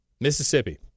Mississippi